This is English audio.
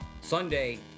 Sunday